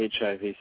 HIV